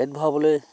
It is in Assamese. পেট ভৰাবলৈ